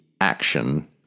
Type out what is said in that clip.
action